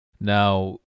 Now